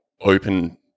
open